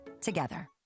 Together